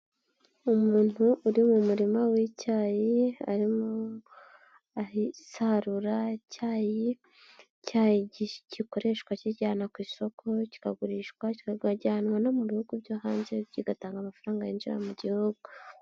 Umuntu uri mu murima wi'icyayi arimo asarura icyayi, icyayi kigurishwa kijyana ku isoko kikagurishwa kikajyanwa no mu bihugu byo hanze kigatanga amafaranga yinjira mu gihugu.